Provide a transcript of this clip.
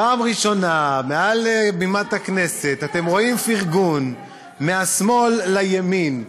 פעם ראשונה מעל בימת הכנסת אתם רואים פרגון מהשמאל לימין,